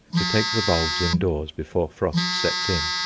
to take the bulbs indoors before frost sets in.